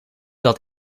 dat